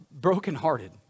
brokenhearted